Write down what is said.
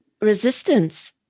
resistance